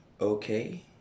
okay